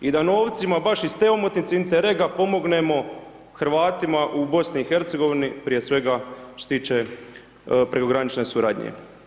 I da novcima, baš iz te omotnice Interrega pomognemo Hrvatima u BiH, prije svega, što se tiče prekogranične suradnje.